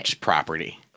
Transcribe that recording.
property